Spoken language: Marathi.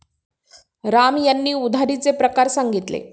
राम यांनी उधारीचे प्रकार सांगितले